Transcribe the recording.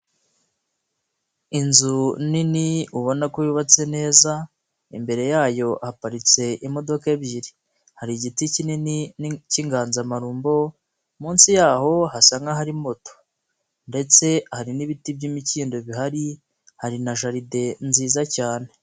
Inzu nini ubona ko yubatse neza, imbere yayo haparitse imodoka ebyiri, hari igiti kinini cy'inganzamarumbo, munsi yaho hasa nka hari moto ndetse hari n'ibiti by'imikindo bihari, hari na jalide nziza cyane.